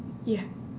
ya